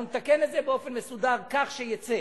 אנחנו נתקן את זה באופן מסודר כך שיצא